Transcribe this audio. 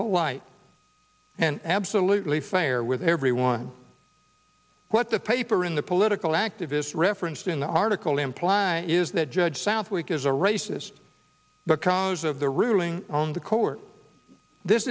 polite and absolutely fair with everyone what the paper in the political activist referenced in the article implies is that judge southwick is a racist because of the ruling on the court this